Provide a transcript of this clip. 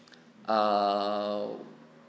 err